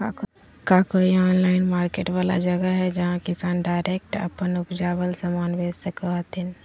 का कोई online market वाला जगह हइ जहां किसान डायरेक्ट अप्पन उपजावल समान बेच सको हथीन?